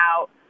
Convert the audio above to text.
out